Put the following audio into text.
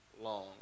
long